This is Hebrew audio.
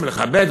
לכבד,